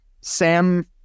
Sam